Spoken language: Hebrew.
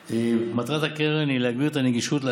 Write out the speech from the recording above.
מטרת הקרן היא להגביר את הנגישות של